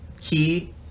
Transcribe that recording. key